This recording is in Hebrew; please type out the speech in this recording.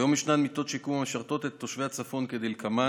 כיום ישנן מיטות שיקום המשרתות את תושבי הצפון כדלקמן: